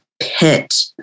pit